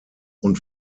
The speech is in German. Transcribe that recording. und